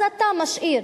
אז אתה משאיר